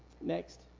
next